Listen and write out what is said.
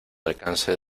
alcance